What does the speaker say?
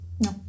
no